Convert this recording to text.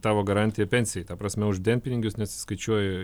tavo garantija pensijai ta prasme už dienpinigius nesiskaičiuoja